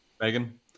Megan